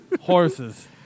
Horses